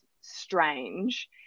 strange